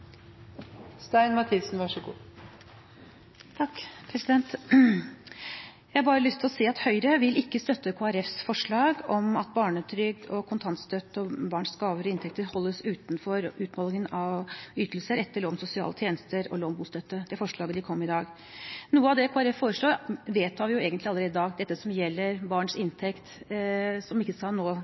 Jeg har bare lyst til å si at Høyre vil ikke støtte Kristelig Folkepartis forslag, som de kom med i dag, om at barnetrygd, kontantstøtte og barns gaver og inntekter holdes utenfor utmålingen av ytelser etter lov om sosiale tjenester og lov om bostøtte. Noe av det Kristelig Folkeparti foreslår, vedtar vi egentlig allerede i dag – dette som gjelder barns inntekt, som nå ikke